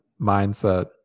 mindset